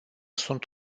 sunt